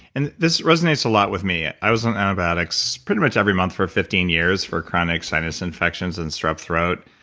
and this resonates a lot with me. i was on antibiotics pretty much every month for fifteen years for chronic sinus infections and strep throat.